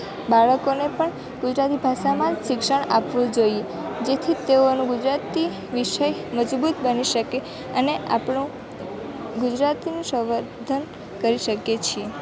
બાળકોને પણ ગુજરાતી ભાષામાં શિક્ષણ આપવું જોઈએ જેથી તેઓનું ગુજરાતી વિષય મજબૂત બની શકે અને આપણું ગુજરાતીનું સંવર્ધન કરી શકીયે છીએ